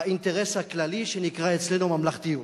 האינטרס הכללי, שנקרא אצלנו "ממלכתיות".